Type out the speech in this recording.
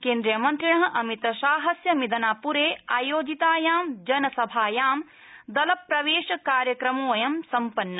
केन्द्रीय मन्त्रिण अमितशाहस्य मिदनापुरे आयोजितायां जनसभायां दल प्रवेश कार्यक्रमोयं सम्पन्न